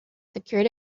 secured